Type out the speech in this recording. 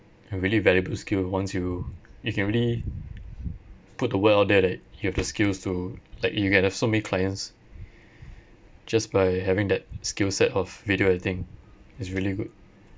a really valuable skills once you you can really put the word out there that you have the skills to like if you can have so many clients just by having that skill set of video editing is really good